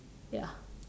ya